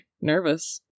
nervous